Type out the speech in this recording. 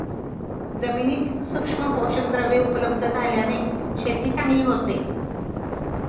जमिनीत सूक्ष्म पोषकद्रव्ये उपलब्ध झाल्याने शेती चांगली होते